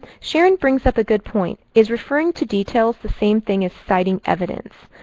sharon brings up a good point. is referring to details the same thing as citing evidence?